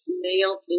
male